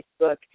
Facebook